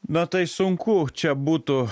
na tai sunku čia būtų